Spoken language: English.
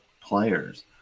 players